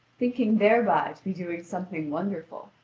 thinking thereby to be doing something wonderful.